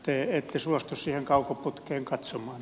te ette suostu siihen kaukoputkeen katsomaan